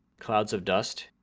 clouds of dust,